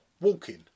Walking